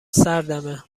سردمه